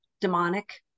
demonic